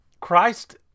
Christ